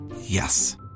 Yes